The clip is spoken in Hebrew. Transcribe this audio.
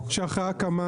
יכול להיות שאחרי ההקמה